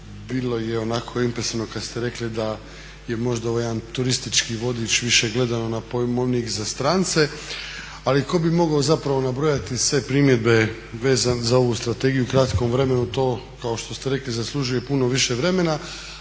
bilo je onako impresivno kad ste rekli da je možda ovo jedan turistički vodič više gledano na pojmovnik za strance, ali tko bi mogao zapravo nabrojati sve primjedbe vezano za ovu strategiju u kratkom vremenu. To kao što ste rekli zaslužuje puno više vremena.